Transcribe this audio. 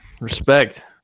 Respect